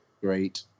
Great